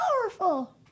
powerful